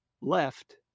left